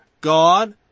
God